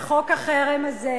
וחוק החרם הזה,